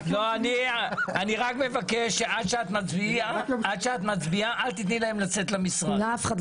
אני רק מבקש שעד שאת מצביעה אל תתני להם לצאת למשרד.